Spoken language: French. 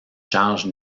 charge